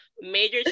major